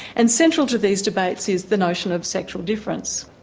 and central to these debates is the notion of sexual difference.